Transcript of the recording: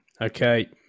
Okay